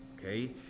okay